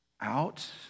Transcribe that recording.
out